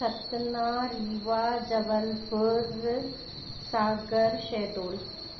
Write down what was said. Satna Rewa Jabalpur Sagar Shahdol